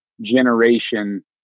generation